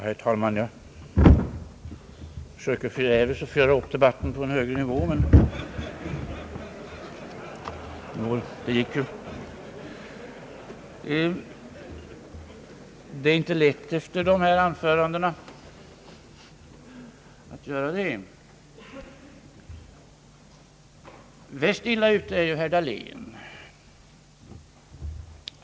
Herr talman! Jag försöker förgäves föra upp debatten på en högre nivå, men det är inte så lätt att göra det efter de nu hållna anförandena. Mest illa ute är herr Dahlén.